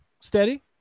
steady